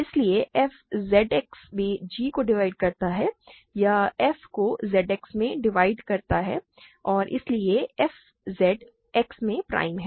इसलिए f Z X में g को डिवाइड करता है या f को Z X में डिवाइड करता है और इसलिए f Z X में प्राइम है